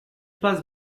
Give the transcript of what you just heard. passe